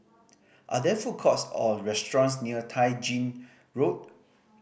are there food courts or restaurants near Tai Gin Road